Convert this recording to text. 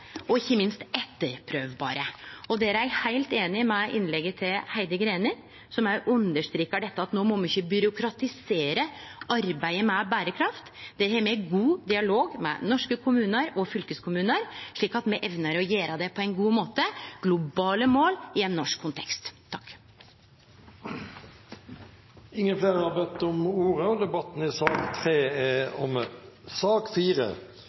og ikkje minst må det kunne etterprøvast. Der er eg heilt einig med Heidi Greni i innlegget hennar, ho understreka at no må me ikkje byråkratisere arbeidet med berekraft. Der har me god dialog med norske kommunar og fylkeskommunar, slik at me evnar å gjere det på ein god måte: globale mål i ein norsk kontekst. Flere har ikke bedt om ordet til sak nr. 3. Etter ønske fra kommunal- og